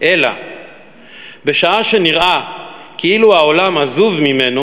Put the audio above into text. אלא בשעה שנראה כאילו העולם עזוב ממנו